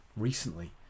recently